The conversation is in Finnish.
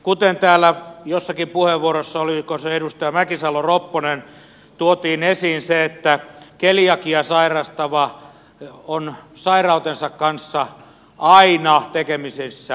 kuten täällä jossakin puheenvuorossa oliko se edustaja mäkisalo ropponen tuotiin esiin keliakiaa sairastava on sairautensa kanssa aina tekemisissä loppuelämän